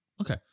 Okay